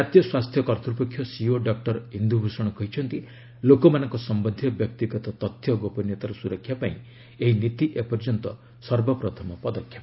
ଜାତୀୟ ସ୍ୱାସ୍ଥ୍ୟ କର୍ତ୍ତୃପକ୍ଷ ସିଇଓ ଡକ୍ଟର ଇନ୍ଦୁଭୂଷଣ କହିଛନ୍ତି ଲୋକମାନଙ୍କ ସମ୍ପନ୍ଧୀୟ ବ୍ୟକ୍ତିଗତ ତଥ୍ୟ ଗୋପନୀୟତାର ସୁରକ୍ଷା ପାଇଁ ଏହି ନୀତି ଏପର୍ଯ୍ୟନ୍ତ ସର୍ବପ୍ରଥମ ପଦକ୍ଷେପ